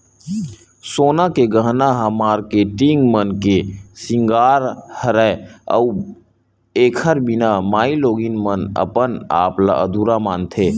सोना के गहना ह मारकेटिंग मन के सिंगार हरय अउ एखर बिना माइलोगिन मन अपन आप ल अधुरा मानथे